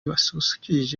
basusurukije